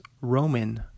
Roman